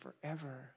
forever